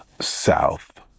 South